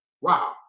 Wow